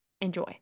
enjoy